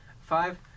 Five